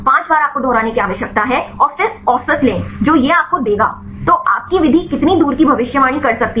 5 बार आपको दोहराने की आवश्यकता है और फिर औसत लें जो यह आपको देगा तो आपकी विधि कितनी दूर की भविष्यवाणी कर सकती है